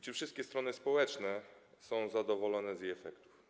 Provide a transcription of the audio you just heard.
Czy wszystkie strony społeczne są zadowolone z jej efektów?